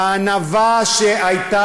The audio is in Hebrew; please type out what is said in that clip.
הם ירושלמים.